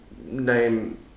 Name